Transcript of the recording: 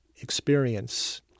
experience